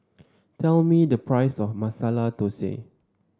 tell me the price of Masala Dosa